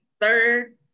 third